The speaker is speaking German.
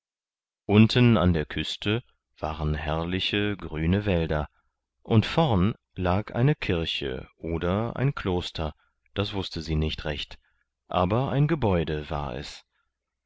unten an der küste waren herrliche grüne wälder und vorn lag eine kirche oder ein kloster das wußte sie nicht recht aber ein gebäude war es